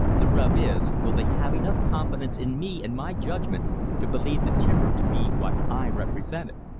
the rub is, will they have enough confidence in me and my judgment to believe the timber to be what i represent it?